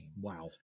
Wow